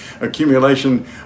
accumulation